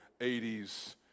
80s